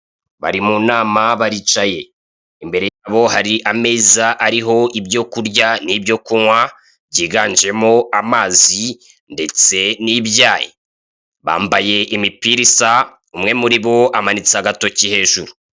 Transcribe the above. Bari mu nama baricaye, imbere yabo hari ameza ariho ibyo kurya n'ibyo kunywa byiganjemo amazi ndetse n'ibyayi. Bambaye imipira isa, umwe muri bo amanitse agatoki hejuru.